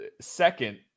second